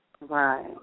Right